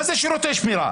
מה זה שירותי שמירה?